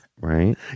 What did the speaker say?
right